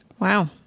Wow